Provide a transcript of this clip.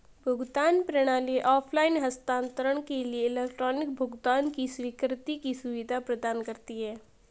भुगतान प्रणाली ऑफ़लाइन हस्तांतरण के लिए इलेक्ट्रॉनिक भुगतान की स्वीकृति की सुविधा प्रदान करती है